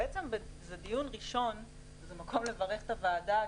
זה בעצם דיון ראשון וזה המקום לברך את הוועדה.